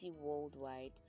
worldwide